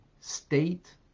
state